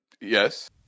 Yes